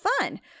Fun